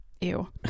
Ew